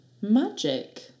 magic